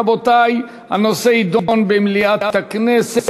ובכן, רבותי, הנושא יידון במליאת הכנסת.